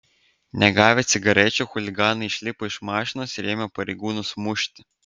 negavę cigarečių chuliganai išlipo iš mašinos ir ėmė pareigūnus mušti